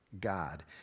God